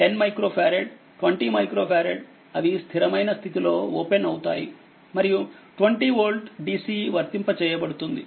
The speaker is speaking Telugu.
10మైక్రోఫారెడ్20మైక్రోఫారెడ్ అవి స్థిరమైన స్థితి లో ఓపెన్ అవుతాయిమరియు 20 వోల్ట్ DC వర్తింప చేయబడుతుంది